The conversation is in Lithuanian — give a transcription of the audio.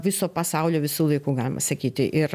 viso pasaulio visų laikų galima sakyti ir